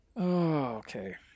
okay